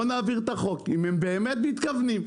בואו נעביר את החוק אם הם באמת מתכוונים לכך.